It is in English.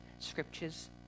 scriptures